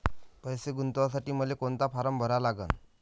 पैसे गुंतवासाठी मले कोंता फारम भरा लागन?